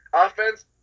Offense